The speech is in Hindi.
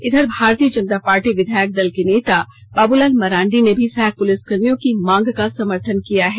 इधर भारतीय जनता पार्टी विधायक दल के नंता बाबूलाल मरांडी ने भी सहायक पुलिसकर्मियों की मांग का समर्थन किया है